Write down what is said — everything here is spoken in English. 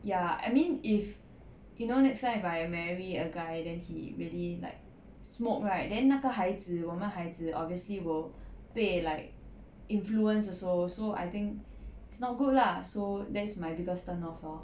ya I mean if you know next time if I marry a guy then he really like smoke right then 那个孩子我们孩子 obviously will 被 like influence also so I think it's not good lah so that's my biggest turn off lor